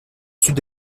sud